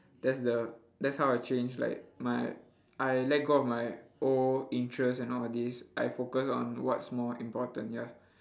that's the that's how I change like my I let go of my old interest and nowadays I focus on what's more important ya